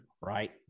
Right